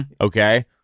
Okay